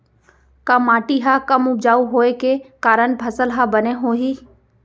का माटी हा कम उपजाऊ होये के कारण फसल हा बने होही?